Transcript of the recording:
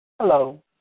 Hello